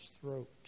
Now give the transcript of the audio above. throat